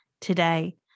today